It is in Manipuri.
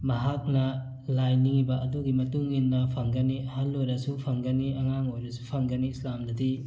ꯃꯍꯥꯛꯅ ꯂꯥꯏ ꯅꯤꯡꯉꯤꯕ ꯑꯗꯨꯒꯤ ꯃꯇꯨꯡ ꯏꯟꯅ ꯐꯪꯒꯅꯤ ꯑꯍꯜ ꯑꯣꯏꯔꯁꯨ ꯐꯪꯒꯅꯤ ꯑꯉꯥꯡ ꯑꯣꯏꯔꯁꯨ ꯐꯪꯒꯅꯤ ꯏꯁꯂꯥꯝꯗꯗꯤ